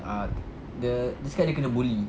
ah dia dia cakap dia kena bully